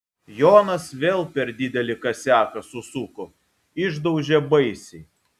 jonas vėl per didelį kasiaką susuko išdaužė baisiai